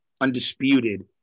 undisputed